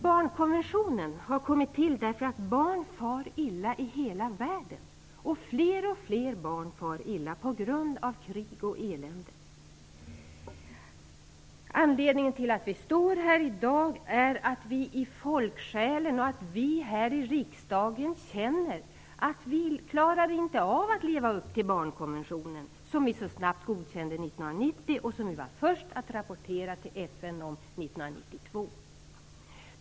Barnkonventionen har kommit till därför att barn far illa i hela världen. Fler och fler barn far illa på grund av krig och elände. Anledningen till att vi står här i dag är att vi i folksjälen och att vi här i riksdagen känner att vi inte klarar av att leva upp till barnkonventionen, som vi så snabbt godkände 1990 och som vi var först att rapportera till FN om 1992.